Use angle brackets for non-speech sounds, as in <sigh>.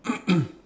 <coughs>